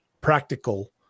practical